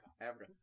Africa